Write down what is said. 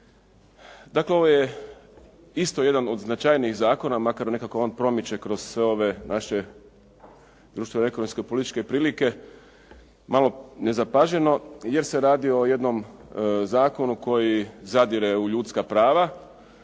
Dakle, ovo je isto jedan od značajnijih zakona makar nekako on promiče kroz sve ove naše društveno-ekonomske i političke prilike malo nezapaženo jer se radi o jednom zakonu koji zadire u ljudska prava